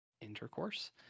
intercourse